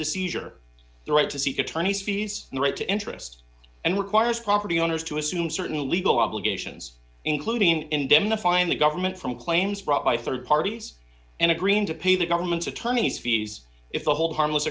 the seizure the right to seek attorney's fees in the right to interest and requires property owners to assume certain legal obligations including indemnify and the government from claims brought by rd parties and agreeing to pay the government's attorney's fees if the hold harmless